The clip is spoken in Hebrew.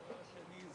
דבר שני,